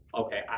okay